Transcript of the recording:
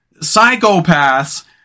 psychopaths